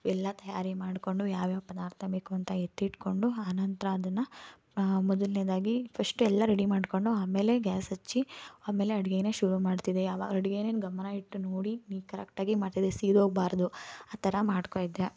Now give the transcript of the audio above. ಎಲ್ಲ ತಯಾರಿ ಮಾಡಿಕೊಂಡು ಯಾವ್ಯಾವ ಪದಾರ್ಥ ಬೇಕು ಅಂತ ಎತ್ತಿಟ್ಕೊಂಡು ಆನಂತರ ಅದನ್ನು ಮೊದಲನೇದಾಗಿ ಫಶ್ಟು ಎಲ್ಲ ರೆಡಿ ಮಾಡಿಕೊಂಡು ಆಮೇಲೆ ಗ್ಯಾಸ್ ಹಚ್ಚಿ ಆಮೇಲೆ ಅಡುಗೆನ ಶುರು ಮಾಡ್ತಿದ್ದೆ ಯಾವ ಅಡುಗೆನ ಏನು ಗಮನ ಇಟ್ಟು ನೋಡಿ ನೀನು ಕರೆಕ್ಟಾಗಿ ಮಾಡ್ತಿದ್ದೆ ಸಿದೋಗಬಾರ್ದು ಆ ಥರ ಮಾಡ್ತಾಯಿದ್ದೆ